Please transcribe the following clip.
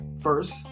first